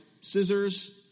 scissors